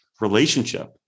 relationship